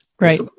Right